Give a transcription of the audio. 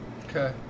Okay